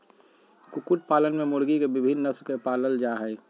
कुकुट पालन में मुर्गी के विविन्न नस्ल के पालल जा हई